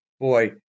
Boy